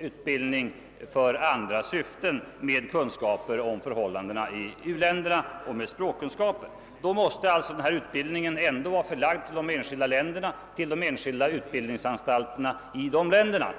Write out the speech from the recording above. utbildning för andra syften med kunskaper om förhållandena i uländerna och med språkkunskaper. Denna utbildning måste alltså ändå vara förlagd till de enskilda utbildningsanstalterna i de olika länderna.